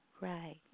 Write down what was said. Right